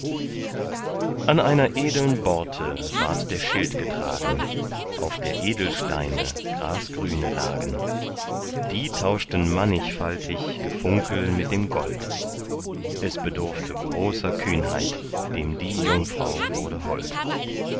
an einer edeln borte ward der schild getragen auf der edelsteine grasgrüne lagen die tauschten mannigfaltig gefunkel mit dem gold er bedurfte großer kühnheit dem die jungfrau wurde hold